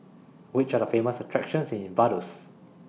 Which Are The Famous attractions in Vaduz